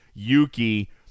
Yuki